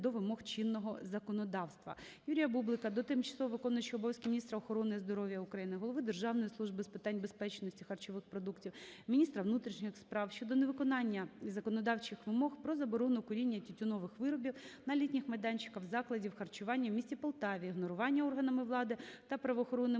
до вимог чинного Законодавства. Юрія Бублика до тимчасово виконуючої обов'язки міністра охорони здоров'я України, голови Державної служби України з питань безпечності харчових продуктів, міністра внутрішніх справ щодо невиконання законодавчих вимог про заборону куріння тютюнових виробів на літніх майданчиках закладів харчування у місті Полтаві, ігнорування органами влади та правоохоронними